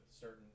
certain